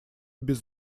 без